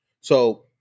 So-